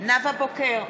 נאוה בוקר,